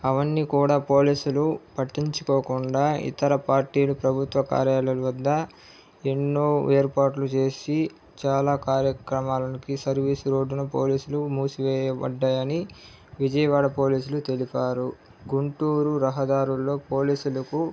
అవన్నీ కూడా పోలీసులు పట్టించుకోకుండా ఇతర పార్టీలు ప్రభుత్వ కార్యాలయాల వద్ద ఎన్నో ఏర్పాట్లు చేసి చాలా కార్యక్రమాలకి సర్వీస్ రోడ్డును పోలీసులు మూసివేయబడ్డాయని విజయవాడ పోలీసులు తెలిపారు గుంటూరు రహదారుల్లో పోలీసులకు